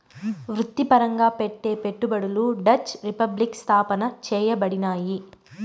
వృత్తిపరంగా పెట్టే పెట్టుబడులు డచ్ రిపబ్లిక్ స్థాపన చేయబడినాయి